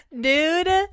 Dude